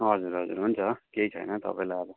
हजुर हजुर हुन्छ केही छैन तपाईँलाई अब